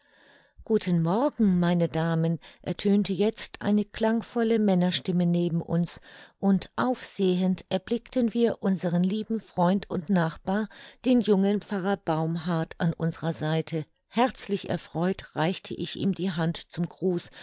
guten morgen meine damen ertönte jetzt eine klangvolle männerstimme neben uns und aufsehend erblickten wir unseren lieben freund und nachbar den jungen pfarrer baumhard an unserer seite herzlich erfreut reichte ich ihm die hand zum gruß